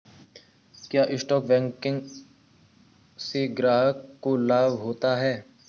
क्या stock broking से ग्राहक को लाभ होता है?